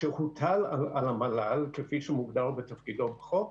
שהוטל על המל"ל, כפי שמוגדר כתפקידו בחוק,